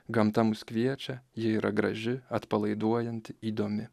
gamta mus kviečia ji yra graži atpalaiduojanti įdomi